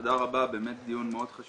תודה רבה, באמת דיון חשוב.